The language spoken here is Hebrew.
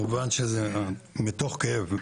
מובן שזה מתוך כאב.